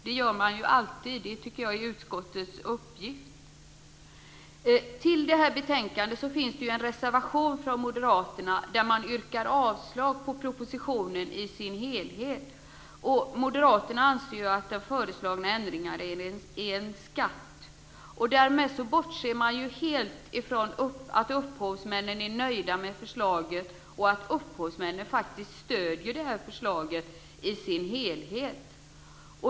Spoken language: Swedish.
Det gör man alltid. Det tycker jag är utskottets uppgift. Till betänkandet finns en reservation från moderaterna där man yrkar avslag på propositionen i sin helhet. Moderaterna anser att den föreslagna ändringen är en skatt. Därmed bortser man helt från att upphovsmännen är nöjda med förslaget och att upphovsmännen faktiskt stöder förslaget i sin helhet.